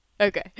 Okay